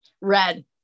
Red